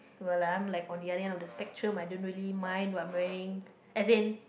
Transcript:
well I'm like on the other hand of the spectrum I don't really mind what I'm wearing as in